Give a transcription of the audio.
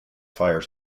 fire